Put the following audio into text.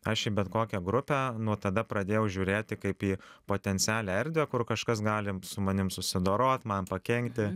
aš į bet kokią grupę nuo tada pradėjau žiūrėti kaip į potencialią erdvę kur kažkas gali su manim susidorot man pakenkti